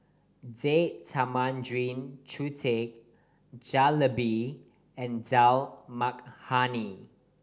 Date Tamarind Chutney Jalebi and Dal Makhani